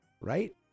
Right